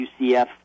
UCF